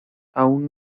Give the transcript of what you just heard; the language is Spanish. aún